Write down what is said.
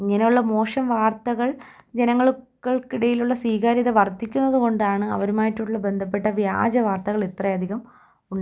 ഇങ്ങനെയുള്ള മോശം വാർത്തകൾ ജനങ്ങൾക്കിടയിലുള്ള സ്വീകാര്യത വർദ്ധിക്കുന്നതു കൊണ്ടാണ് അവരുമായിട്ടുള്ള ബന്ധപ്പെട്ട വ്യാജവാർത്തകളിത്ര അധികം ഉണ്